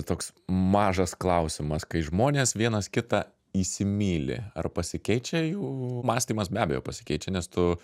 toks mažas klausimas kai žmonės vienas kitą įsimyli ar pasikeičia jų mąstymas be abejo pasikeičia nes tu